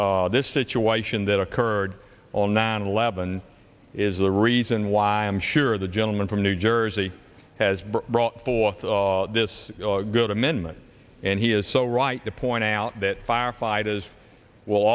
this situation that occurred on nine eleven is the reason why i'm sure the gentleman from new jersey has brought forth this good amendment and he is so right to point out that firefighters will